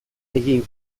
egin